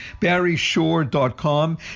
barryshore.com